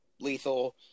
Lethal –